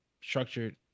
structured